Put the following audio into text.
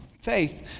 faith